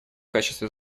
качестве